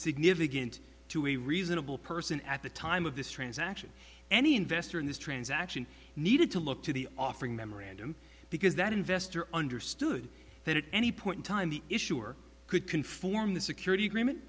significant to a reasonable person at the time of this transaction any investor in this transaction needed to look to the offering memorandum because that investor understood that any point in time the issuer could conform the security agreement